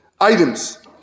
items